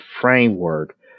framework